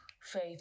faith